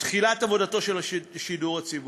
תחילת עבודתו של השידור הציבורי.